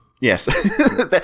Yes